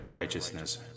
righteousness